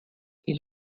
est